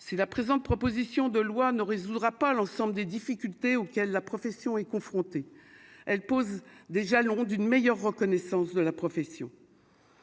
la présente proposition de loi ne résoudra pas l'ensemble des difficultés auxquelles la profession est confrontée, elle pose des jalons d'une meilleure reconnaissance de la profession,